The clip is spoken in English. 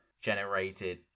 generated